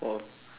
!wow!